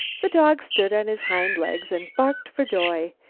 the dog stood on his hind legs and barked for joy.